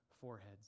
foreheads